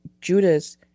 Judas